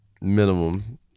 Minimum